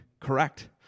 correct